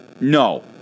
no